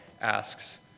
asks